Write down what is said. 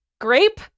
Grape